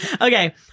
Okay